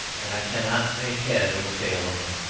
and i cannot make head or tail of them